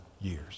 years